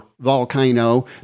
volcano